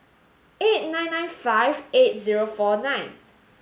eight nine nine five eight zero four nine